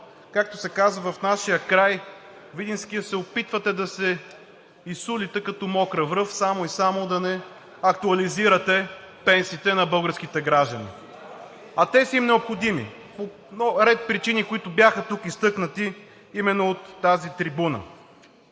както се казва в нашия край – видинският, се опитвате да се изсулите като мокра връв, само и само да не актуализирате пенсиите на българските граждани, а те са им необходими по ред причини, които бяха изтъкнати, именно от тази трибуна.